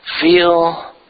feel